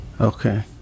Okay